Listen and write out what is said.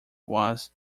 was